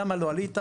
למה לא עלית?